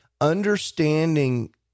understanding